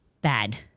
bad